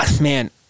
man